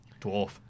dwarf